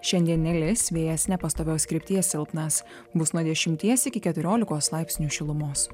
šiandien nelis vėjas nepastovios krypties silpnas bus nuo dešimties iki keturiolikos laipsnių šilumos